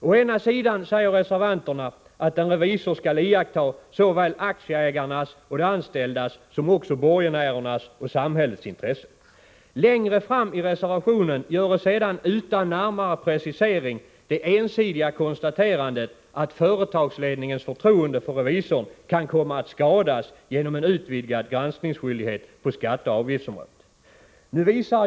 Å ena sidan säger reservanterna att en revisor skall iaktta såväl aktieägarnas och de anställdas som också borgenärernas och samhällets intressen. Längre fram i reservationen görs sedan utan närmare precisering det ensidiga konstaterandet att företagsledningens förtroende för revisorn kan komma att skadas genom en utvidgad granskningsskyldighet på skatteoch avgiftsområdet.